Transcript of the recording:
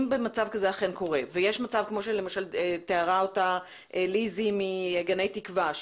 אם מצב כזה אכן קורה ויש מצב כמו שלמשל תיארה אותו ליזי מגני תקווה,